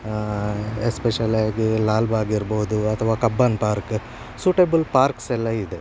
special ಆಗಿ ಲಾಲ್ಬಾಗ್ ಇರ್ಬೋದು ಅಥವ ಕಬ್ಬನ್ ಪಾರ್ಕ್ ಸುಟೇಬಲ್ ಪಾರ್ಕ್ಸ್ ಎಲ್ಲ ಇದೆ